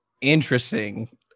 interesting